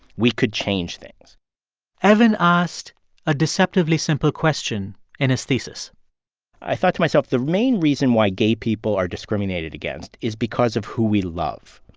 we could change things evan asked a deceptively simple question in his thesis i thought to myself, the main reason why gay people are discriminated against is because of who we love.